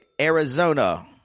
Arizona